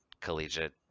collegiate